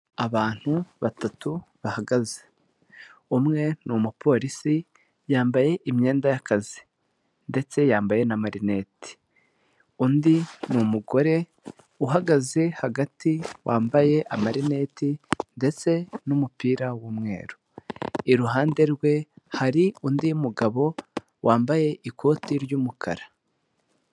Abantu batatu bahagaze. Umwe ni umupolisi yambaye imyenda y'akazi ndetse yambaye n'amarineti, undi ni umugore uhagaze hagati wambaye amarineti ndetse n'umupira w'umweru iruhande rwe hari undi mugabo wambaye ikoti ry'umukara.